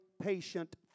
patient